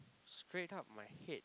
straight up my head